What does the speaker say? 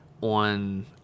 on